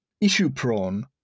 issue-prone